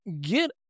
get